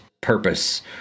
purpose